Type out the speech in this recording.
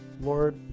Lord